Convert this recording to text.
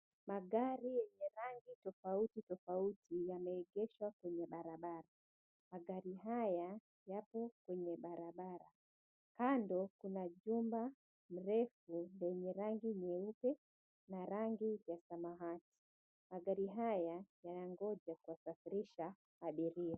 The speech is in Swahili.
Magari yenye rangi tofauti tofauti yameegeshwa kwenye barabara. Magari haya yapo kwenye barabara. Kando, kuna jumba mrefu lenye rangi nyeupe na rangi ya samawati. Magari haya yanangoja kusafirisha abiria.